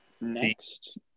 Next